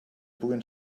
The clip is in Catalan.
puguin